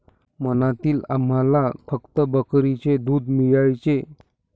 मनालीत आम्हाला फक्त बकरीचे दूध मिळायचे